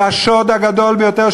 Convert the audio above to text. זה השוד הגדול ביותר,